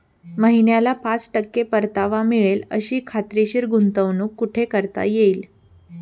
महिन्याला पाच टक्के परतावा मिळेल अशी खात्रीशीर गुंतवणूक कुठे करता येईल?